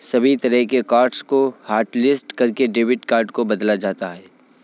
सभी तरह के कार्ड्स को हाटलिस्ट करके डेबिट कार्ड को बदला जाता है